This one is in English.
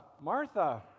Martha